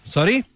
Sorry